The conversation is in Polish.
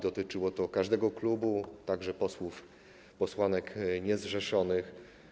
Dotyczyło to każdego klubu, także posłów, posłanek niezrzeszonych.